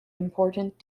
important